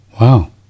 Wow